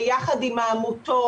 ביחד עם העמותות,